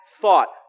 thought